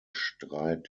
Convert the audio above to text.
streit